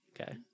okay